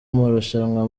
amarushanwa